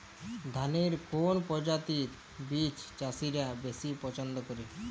ধানের কোন প্রজাতির বীজ চাষীরা বেশি পচ্ছন্দ করে?